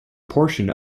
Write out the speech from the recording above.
portion